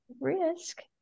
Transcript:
Risk